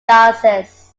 diocese